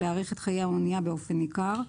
להאריך את חיי האנייה באופן ניכר.